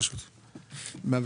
החלטה